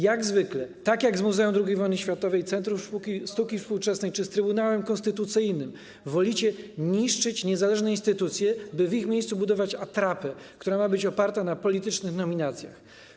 Jak zwykle - tak jak z Muzeum II Wojny Światowej, Centrum Sztuki Współczesnej czy z Trybunałem Konstytucyjnym - wolicie niszczyć niezależne instytucje, by w ich miejscu budować atrapy, które mają być oparte na politycznych nominacjach.